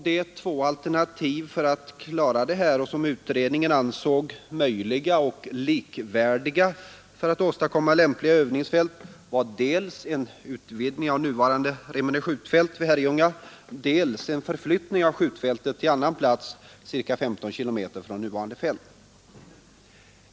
De två alternativ för att åstadkomma lämpliga övningsfält som utredningen ansåg likvärdiga var dels en utvidgning av nuvarande Remmene skjutfält vid Herrljunga, dels en förflyttning av skjutfältet till annan plats ca 15 km från nuvarande fält.